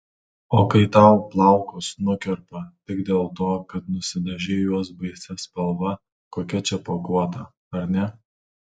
o kai tau plaukus nukerpa tik dėl to kad nusidažei juos baisia spalva kokia čia paguoda ar ne